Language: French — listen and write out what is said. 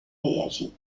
réagit